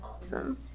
Awesome